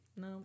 No